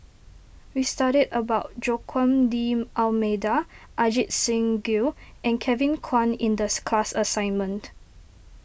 we studied about Joaquim D'Almeida Ajit Singh Gill and Kevin Kwan in this class assignment